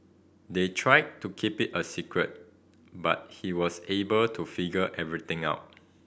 they tried to keep it a secret but he was able to figure everything out